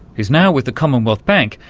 who's now with the commonwealth bank,